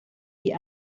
die